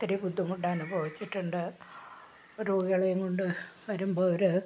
ഒത്തിരി ബുദ്ധിമുട്ട് അനുഭവിച്ചിട്ടുണ്ട് രോഗികളെയും കൊണ്ട് വരുമ്പോൾ ഒരു